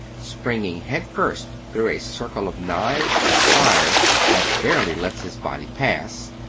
springing head first through a circle of knives and fire that barely lets his body pass,